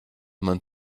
man